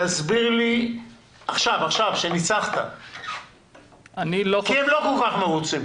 תסביר לי, עכשיו כשניצחת כי הם לא כל כך מרוצים.